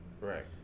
Right